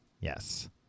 Yes